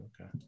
Okay